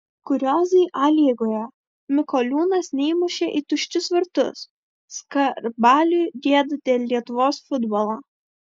kuriozai a lygoje mikoliūnas neįmušė į tuščius vartus skarbaliui gėda dėl lietuvos futbolo